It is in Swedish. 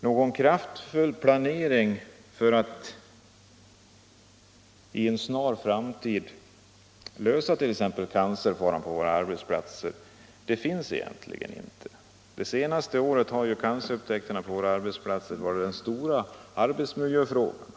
Någon kraftfull planering för att inom en snar framtid lösa t.ex. cancerfaran på våra arbetsplatser finns inte. Det senaste året har cancerupptäckterna på våra arbetsplatser blivit den stora miljöfrågan.